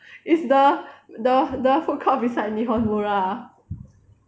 it's the the the food court beside Nihonmura